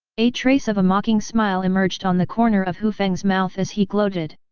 a trace of a mocking smile emerged on the corner of hu feng's mouth as he gloated.